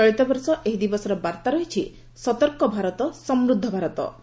ଚଳିତବର୍ଷ ଏହି ଦିବସର ବାର୍ଭା ରହିଛି 'ସତର୍କ ଭାରତ ସମୂଦ୍ଧ ଭାରତ'